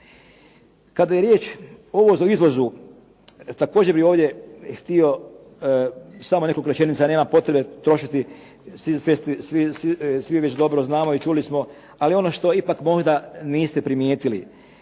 Kada je riječ o uvozu, izvozu također bih ovdje htio samo nekoliko rečenica, nema potrebe trošiti svi već dobro znamo i čuli smo, ali ono što ipak možda niste primijetili